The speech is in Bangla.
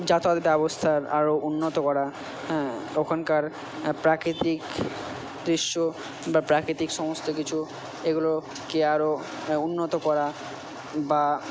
যাতায়াত ব্যবস্থার আরও উন্নত করা হ্যাঁ ওখানকার প্রাকৃতিক দৃশ্য বা প্রাকৃতিক সমস্ত কিছু এগুলোকে আরও উন্নত করা বা